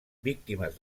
víctimes